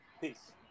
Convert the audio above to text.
Peace